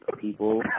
people